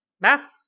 math